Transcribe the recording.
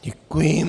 Děkuji.